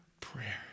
prayer